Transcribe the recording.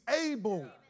able